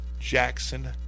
Jackson